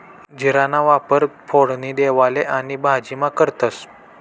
जीराना वापर फोडणी देवाले आणि भाजीमा करतंस